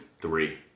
Three